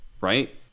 right